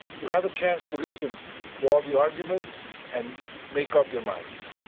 who have a chance to listen to all the arguments and make up their minds.